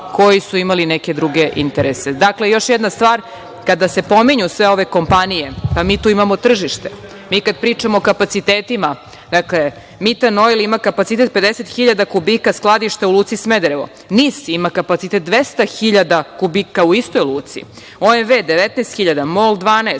koji su imali neke druge interese. Dakle, još jedna stvar, kada se pominju sve ove kompanije, mi tu imamo tržište. Kada pričamo o kapacitetima, dakle, „Mitan Oil“ ima kapacitet 50.000 kubika skladišta u luci Smederevo, NIS ima kapacitet 200.000 kubika u istoj luci, OMV - 19.000, MOL -